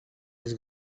his